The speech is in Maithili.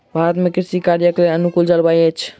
भारत में कृषि कार्यक लेल अनुकूल जलवायु अछि